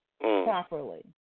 properly